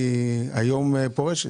היא היום פורשת.